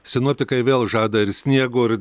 sinoptikai vėl žada ir sniego ir